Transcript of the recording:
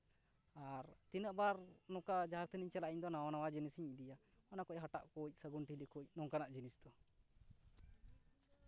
ᱟᱨ ᱛᱤᱱᱟᱹᱜ ᱵᱟᱨ ᱱᱚᱝᱠᱟ ᱡᱟᱦᱮᱨ ᱛᱷᱟᱱᱤᱧ ᱪᱟᱞᱟᱜᱼᱟ ᱤᱧ ᱫᱚ ᱱᱟᱣᱟ ᱱᱟᱣᱟ ᱡᱤᱱᱤᱥ ᱤᱧ ᱤᱫᱤᱭᱟ ᱚᱱᱟ ᱠᱚᱡ ᱦᱟᱴᱟᱜ ᱠᱚᱡ ᱥᱟᱹᱜᱩᱱ ᱴᱷᱤᱞᱤ ᱠᱚᱡ ᱱᱚᱝᱠᱟᱱᱟᱜ ᱡᱤᱱᱤᱥ